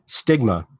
stigma